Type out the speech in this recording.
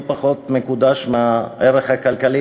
לא פחות מקודש מהערך הכלכלי,